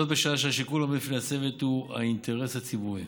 בשעה שהשיקול העומד בפני הצוות הוא האינטרס הציבורי